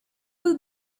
will